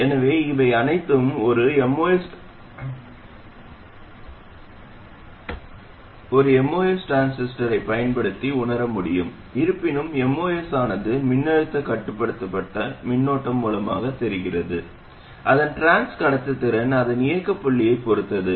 எனவே இவை அனைத்தையும் ஒரு MOS டிரான்சிஸ்டரைப் பயன்படுத்தி உணர முடியும் இருப்பினும் MOS ஆனது மின்னழுத்தக் கட்டுப்படுத்தப்பட்ட மின்னோட்ட மூலமாகத் தெரிகிறது அதன் டிரான்ஸ் கடத்துத்திறன் அதன் இயக்க புள்ளியைப் பொறுத்தது